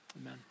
amen